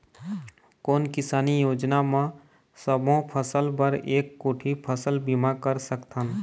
कोन किसानी योजना म सबों फ़सल बर एक कोठी फ़सल बीमा कर सकथन?